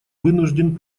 вынужден